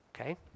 okay